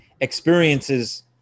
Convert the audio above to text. experiences